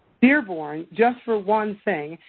dearborn, just for one thing,